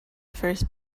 first